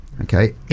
okay